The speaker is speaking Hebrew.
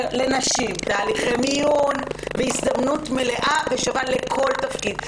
לנשים תהליכי מיון והזדמנות מלאה ושווה לכל תפקיד.